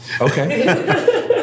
Okay